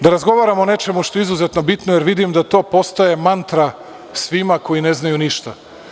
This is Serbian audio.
Da razgovaramo o nečemu što je izuzetno bitno, jer vidim da to postaje mantra svima koji ne znaju ništa.